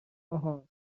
آهان